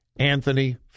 Anthony